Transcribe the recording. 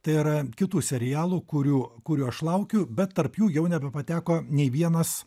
tai yra kitų serialų kurių kurių aš laukiu bet tarp jų jau nebepateko nei vienas